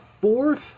fourth